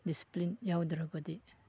discipline ꯌꯥꯎꯗ꯭ꯔꯕꯗꯤ